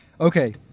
Okay